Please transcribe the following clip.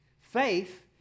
Faith